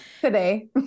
Today